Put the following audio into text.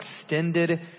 extended